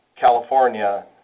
California